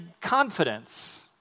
confidence